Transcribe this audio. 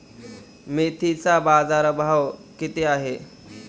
मेथीचा बाजारभाव किती आहे?